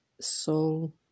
soul